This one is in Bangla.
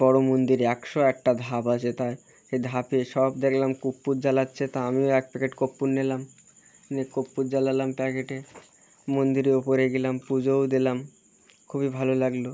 বড়ো মন্দির একশো একটা ধাপ আছে তাই সে ধাপে সব দেখলাম কপ্পুর জ্বালাচ্ছে তা আমিও এক প্যাকেট কপ্পুর নিলাম নিয়ে কপ্পুর জ্বালালাম প্যাকেটে মন্দিরে ওপরে গেলাম পুজোও দিলাম খুবই ভালো লাগলো